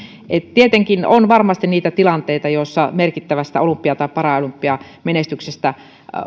tietenkin on varmasti niitä tilanteita joissa merkittävästä olympia tai paralympiamenestyksestä